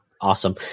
awesome